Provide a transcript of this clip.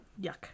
yuck